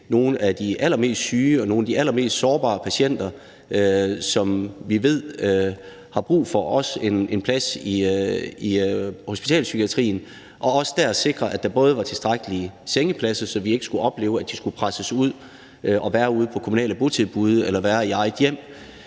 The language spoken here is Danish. nogle af de allermest sårbare patienter, som vi ved har brug for også en plads i hospitalspsykiatrien, og også dér sikre, at der både var tilstrækkelige sengepladser, så vi ikke skulle opleve, at de skulle presses ud og være ude på kommunale botilbud eller være i eget hjem,